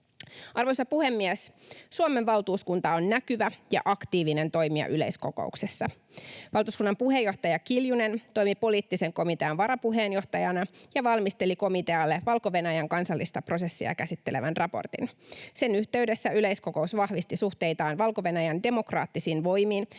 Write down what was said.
Arvoisa puhemies! Suomen valtuuskunta on näkyvä ja aktiivinen toimija yleiskokouksessa. Valtuuskunnan puheenjohtaja Kiljunen toimi poliittisen komitean varapuheenjohtajana ja valmisteli komitealle Valko-Venäjän kansallista prosessia käsittelevän raportin. Sen yhteydessä yleiskokous vahvisti suhteitaan Valko-Venäjän demokraattisiin voimiin,